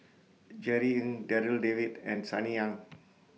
Jerry Ng Darryl David and Sunny Ang